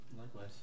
Likewise